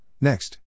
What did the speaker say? Next